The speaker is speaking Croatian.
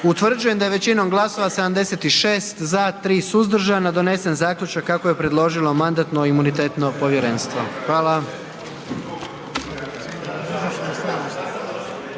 Utvrđujem da je većinom glasova 76. za, 3 suzdržana donesen zaključak kako je predložilo Mandatno-imunitetno povjerenstvo. Hvala.